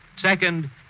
Second